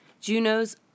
Juno's